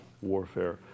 warfare